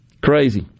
Crazy